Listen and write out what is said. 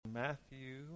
Matthew